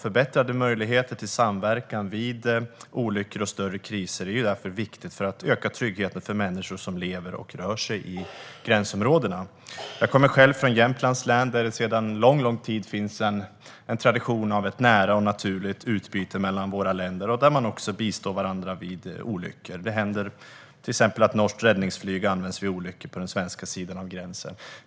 Förbättrade möjligheter till samverkan vid olyckor och större kriser är därför viktigt för att öka tryggheten för människor som lever och rör sig i gränsområdena. Jag kommer själv från Jämtlands län, där det sedan lång tid finns en tradition av ett nära och naturligt utbyte mellan våra länder. Man bistår varandra vid olyckor. Det händer till exempel att norskt räddningsflyg används vid olyckor på den svenska sidan av gränsen.